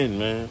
man